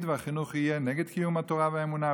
והחינוך יהיה נגד קיום התורה והאמונה,